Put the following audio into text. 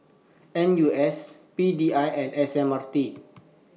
N U S P D I and S M R T